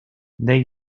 they